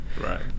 Right